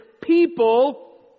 people